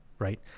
right